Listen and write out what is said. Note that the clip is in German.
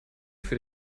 für